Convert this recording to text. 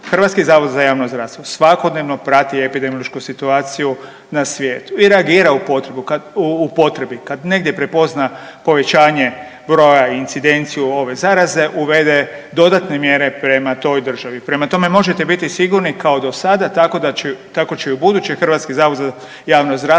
i drugi elementi. HZJZ svakodnevno prati epidemiološku situaciju na svijetu i reagira u potrebi. Kad negdje prepozna povećanje broja incidenciju ove zaraze uvede dodatne mjere prema toj državi. Prema tome, možete biti sigurni kao do sada tako će i u buduće HZJZ pratiti